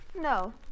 No